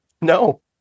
No